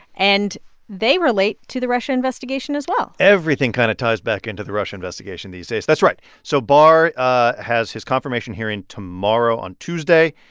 and they relate to the russia investigation as well everything kind of ties back into the russia investigation these days. that's right. so barr ah has his confirmation hearing tomorrow on tuesday.